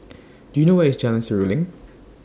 Do YOU know Where IS Jalan Seruling